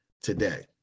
today